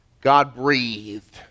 God-breathed